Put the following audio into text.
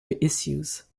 reissues